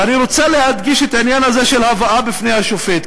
ואני רוצה להדגיש את העניין הזה של הבאה בפני שופט,